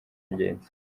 ingenzi